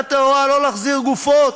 נתת הוראה לא להחזיר גופות,